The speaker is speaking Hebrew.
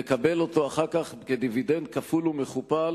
נקבל אותו אחר כך כדיבידנד כפול ומכופל,